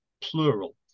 plural